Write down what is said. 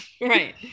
Right